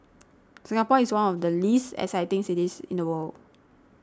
Singapore is one of the least exciting cities in the world